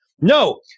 No